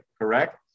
Correct